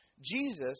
Jesus